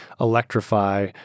electrify